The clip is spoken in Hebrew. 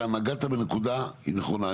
אתה נגעת בנקודה שהיא נכונה.